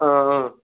آ آ